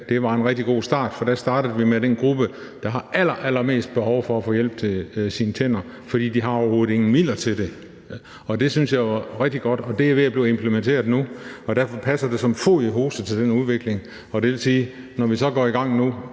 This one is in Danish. Det var en rigtig god start, for da startede vi med den gruppe, der har allerallermest behov for at få hjælp til deres tænder, fordi de overhovedet ikke har nogen midler til det. Det synes jeg var rigtig godt, og det er ved at blive implementeret nu, og derfor passer det som fod i hose til den udvikling. Det vil sige, at når vi så går i gang nu,